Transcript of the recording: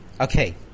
Okay